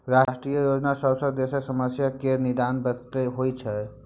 राष्ट्रीय योजना सौंसे देशक समस्या केर निदानक बास्ते होइ छै